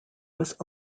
was